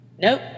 Nope